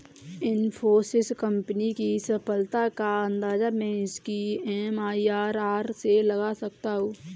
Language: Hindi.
इन्फोसिस कंपनी की सफलता का अंदाजा मैं इसकी एम.आई.आर.आर से लगा सकता हूँ